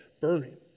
burning